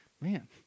Man